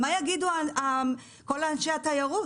מה יגידו כל אנשי התיירות?